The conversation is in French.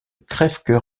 crèvecœur